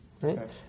right